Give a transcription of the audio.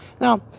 Now